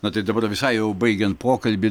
na tai dabar visai jau baigiant pokalbį